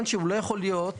מכיוון שהמבנה לא יכול להיות